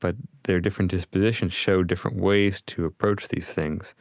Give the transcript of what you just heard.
but their different dispositions show different ways to approach these things